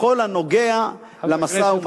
בכל הנוגע למשא-ומתן,